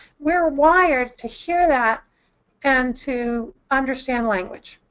we're wired to hear that and to understand language.